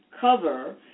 cover